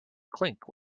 clink